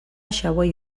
xaboi